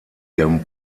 ihrem